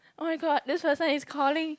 oh my god this person is calling